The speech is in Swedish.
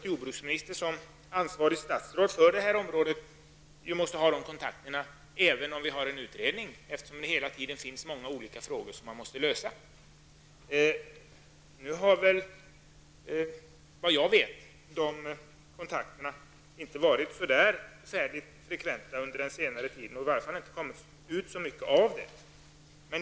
Jordbruksministern, som ansvarigt statsråd för detta område, måste naturligtvis ha dessa kontakter även om en utredning tillsätts, eftersom det hela tiden finns många olika frågor som måste lösas. Såvitt jag vet har dessa kontakter inte varit så särskilt frekventa under senare tid. Det har åtminstone inte kommit ut så mycket av dem.